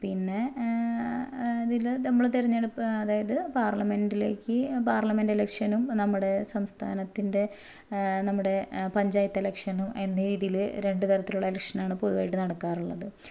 പിന്നെ ഇതിൽ നമ്മൾ തെരെഞ്ഞെടുപ്പ് അതായത് പാർലമെൻറ്റിലേക്ക് പാർലമെൻറ്റെലക്ഷനും നമ്മുടെ സംസ്ഥാനത്തിൻ്റെ നമ്മുടെ പഞ്ചായത്തെലക്ഷനും എന്ന ഇതിൽ രണ്ട് തരത്തിലുള്ള എലക്ഷനാണ് പൊതുവായിട്ട് നടക്കാറുള്ളത്